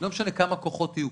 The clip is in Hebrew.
לא משנה כמה כוחות יהיו,